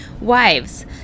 Wives